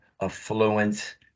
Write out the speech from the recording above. affluent